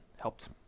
helped